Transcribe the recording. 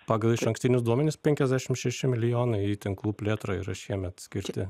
pagal išankstinius duomenis penkiasdešim šeši milijonai į tinklų plėtrą yra šiemet skirti